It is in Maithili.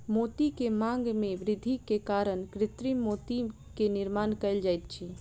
मोती के मांग में वृद्धि के कारण कृत्रिम मोती के निर्माण कयल जाइत अछि